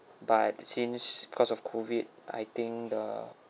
but since because of COVID I think the